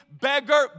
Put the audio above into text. beggar